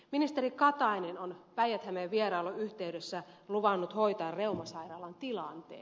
ministeri katainen on päijät hämeen vierailun yhteydessä luvannut hoitaa reumasairaalan tilanteen